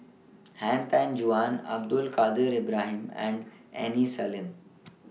Han Tan Juan Abdul Kadir Ibrahim and Aini Salim